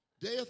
Death